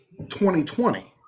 2020